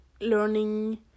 learning